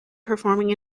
performing